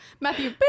Matthew